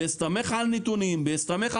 בהסתמך על נתונים,